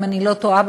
אם אני לא טועה,